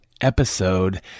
episode